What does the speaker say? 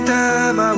time